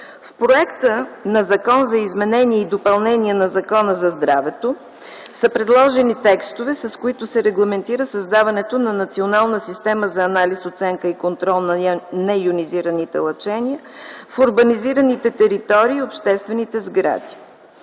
В Законопроекта за изменение и допълнение на Закона за здравето са предложени текстове, с които се регламентира създаването на Национална система за анализ, оценка и контрол на нейонизиращите лъчения в урбанизираните територии и обществените сгради.